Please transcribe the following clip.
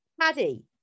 Paddy